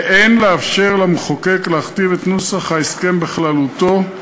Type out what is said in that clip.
ואין לאפשר למחוקק להכתיב את נוסח ההסכם בכללותו.